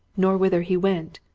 nor whither he went.